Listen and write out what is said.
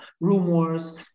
rumors